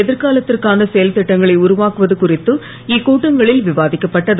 எதிர்காலத்திற்கான செயல் திட்டங்களை உருவாக்குவது குறித்து இக்கூட்டங்களில் விவாதிக்கப்பட்டது